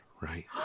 right